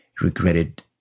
regretted